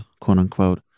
quote-unquote